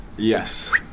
Yes